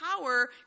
power